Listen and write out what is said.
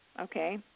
Okay